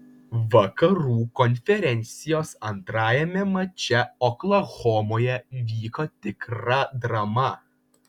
vakarų konferencijos antrajame mače oklahomoje vyko tikra drama